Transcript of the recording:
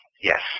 Yes